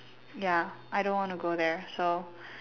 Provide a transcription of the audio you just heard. ya I don't want to go there so